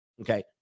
Okay